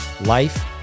life